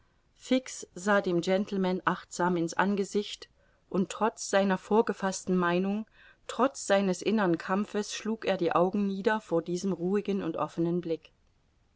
fix sah dem gentleman achtsam in's angesicht und trotz seiner vorgefaßten meinung trotz seines innern kampfes schlug er die augen nieder vor diesem ruhigen und offenen blick